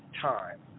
time